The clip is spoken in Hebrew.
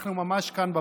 אנחנו ממש כאן בפרסה.